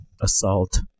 assault